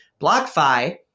BlockFi